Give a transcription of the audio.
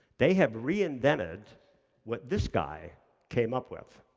they have reinvented what this guy came up with.